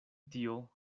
tio